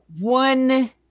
one